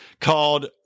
called